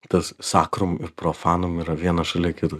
tas sakrum profanum yra vienas šalia kito